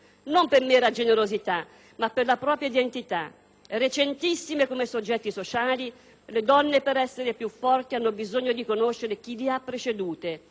non per mera generosità, ma per la propria identità. Recentissime come soggetti sociali, le donne per essere più forti hanno bisogno di conoscere chi le ha precedute.